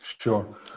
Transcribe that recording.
Sure